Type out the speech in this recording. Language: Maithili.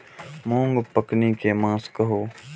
मूँग पकनी के मास कहू?